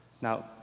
Now